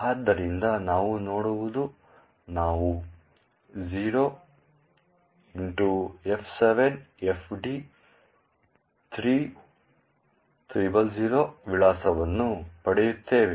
ಆದ್ದರಿಂದ ನಾವು ನೋಡುವುದು ನಾವು 0xF7FD3000 ವಿಳಾಸವನ್ನು ಪಡೆಯುತ್ತೇವೆ